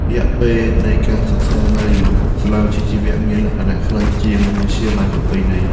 រយៈពេលនៃការសិក្សា នៅសាលាវិជ្ជាជីវៈមានលក្ខណៈខ្លីជាងវិទ្យាល័យប្រពៃណី។